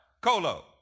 colo